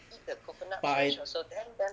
but I